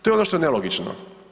To je ono što je nelogično.